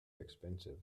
expensive